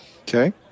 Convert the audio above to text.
Okay